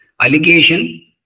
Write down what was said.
allegation